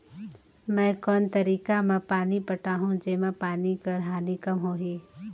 मैं कोन तरीका म पानी पटाहूं जेमा पानी कर हानि कम होही?